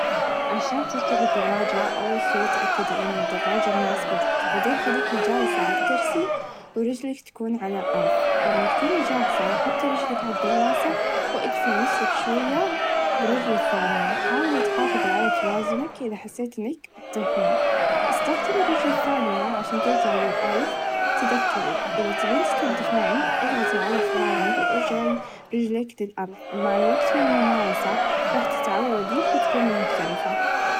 عشان تركبي الدراچه أول شئ تأكدي إن الدراچه مناسبه ليكي بعدين خليكي چالسه على الكرسي و رچلك تكون على الأرظ لما تكوني چاهزه حطي رچلك على الدواسه و إدفعي نفسك شويه بالرچل الثانيه حاولي تحافظي على توازنك إذا حسيتي إنك بطيحين إستخدمي الرچل الثانيه عشان ترچعي للأرظ تذكري إذا تبين تتوقف معك إضغطي على الفرامل إرچعي رچليكي للأرض مع الوقت و الممارسه رح تتعودي و تكوني محترفه.